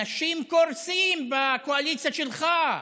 אנשים קורסים בקואליציה שלך.